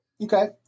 okay